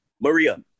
Maria